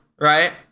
Right